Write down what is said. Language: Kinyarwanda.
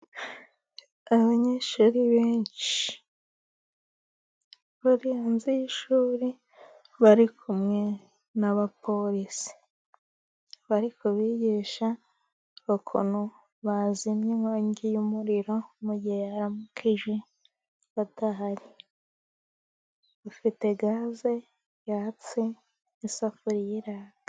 Abanyeshuri benshi bari hanze y'ishuri bari kumwe nabapolisi bari kubigisha ukuntu bazimya inkongi y'umuriro mugihe yaramuka ije badahari. Ifite gaze yatse n'isafuriya iraka.